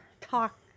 talk